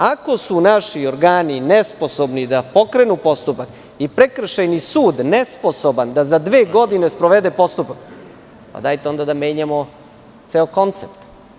Ako su naši organi nesposobni da pokrenu postupak i prekršajni sud nesposoban da za dve godine sprovede postupak, dajte onda da menjamo ceo koncept.